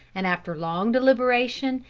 and after long deliberation,